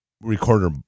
recorder